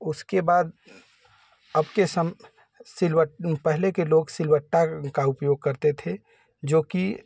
उसके बाद आपके सम सिल्वर पहले के लोग सिल बत्ते का उपयोग करते थे जो कि